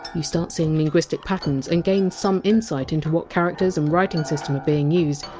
you start seeing linguistic patterns and gain some insight into what characters and writing system are being used.